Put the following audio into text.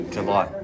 July